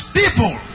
people